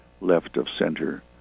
left-of-center